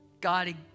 God